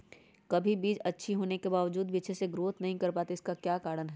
कभी बीज अच्छी होने के बावजूद भी अच्छे से नहीं ग्रोथ कर पाती इसका क्या कारण है?